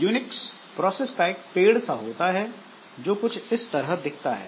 Unix process का एक पेड़ सा होता है जो कुछ इस तरह दिखता है